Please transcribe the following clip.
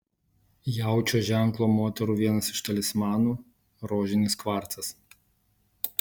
jaučio ženklo moterų vienas iš talismanų rožinis kvarcas